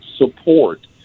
support